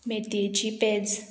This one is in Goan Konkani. मेथयेची पेज